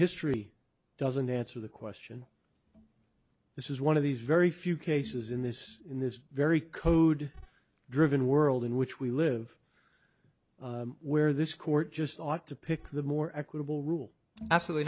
history doesn't answer the question this is one of these very few cases in this in this very code driven world in which we live where this court just ought to pick the more equitable rule absolutely